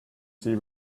see